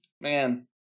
man